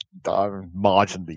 Marginally